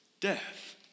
death